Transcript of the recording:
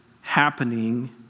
happening